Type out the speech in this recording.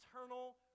eternal